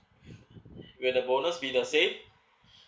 will the bonus be the same